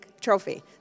trophy